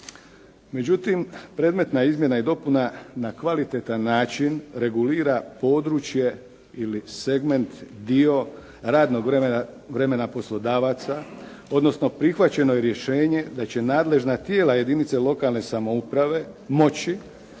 Međutim, predmetna izmjena i dopuna na kvalitetni način regulira područje ili segment, dio, radnog vremena poslodavaca, odnosno prihvaćeno je rješenje da će nadležna tijela jedinice lokalne samouprave moći